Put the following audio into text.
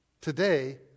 today